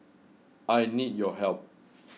I need your help